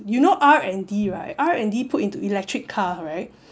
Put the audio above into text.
you know R&D right R&D put into electric car right